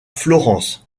florence